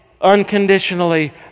unconditionally